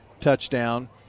touchdown